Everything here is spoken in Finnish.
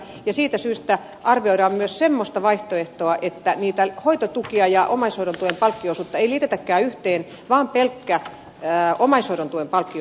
ja siitä syystä arvioidaan myös semmoista vaihtoehtoa että niitä hoitotukia ja omaishoidon tuen palkkio osuutta ei liitetäkään yhteen vaan pelkkä omaishoidon tuen palkkio osuus siirrettäisiin kelaan